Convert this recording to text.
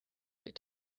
get